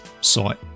site